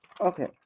Okay